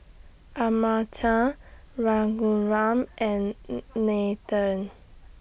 Amartya Raghuram and Nathan